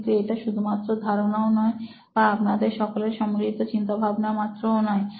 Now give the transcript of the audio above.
কিন্তু এটা শুধুমাত্র ধারণাও নয় বা আপনাদের সকলের সম্মিলিত চিন্তাভাবনা মাত্রও নয়